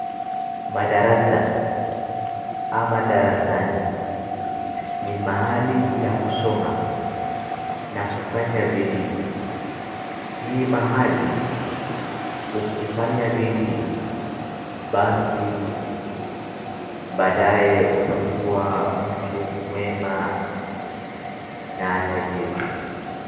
Madarasa ama darasani ni mahali ya kusoma na kufanya bidii hii mahali ukifanya bidii basi baadae utakua mtu mwema na tajiri.